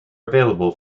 available